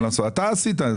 אתה עשית את זה.